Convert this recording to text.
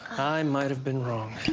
i might've been wrong.